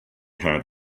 had